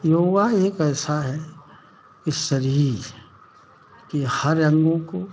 योगा एक ऐसा है कि शरीर के हर अंगों को